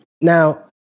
now